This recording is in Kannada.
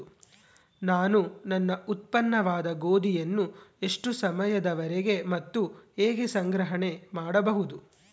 ನಾನು ನನ್ನ ಉತ್ಪನ್ನವಾದ ಗೋಧಿಯನ್ನು ಎಷ್ಟು ಸಮಯದವರೆಗೆ ಮತ್ತು ಹೇಗೆ ಸಂಗ್ರಹಣೆ ಮಾಡಬಹುದು?